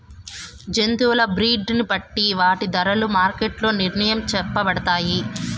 జంతువుల బ్రీడ్ ని బట్టి వాటి ధరలు మార్కెట్ లో నిర్ణయించబడతాయి